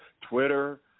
Twitter